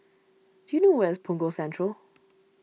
do you know where is Punggol Central